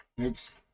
Oops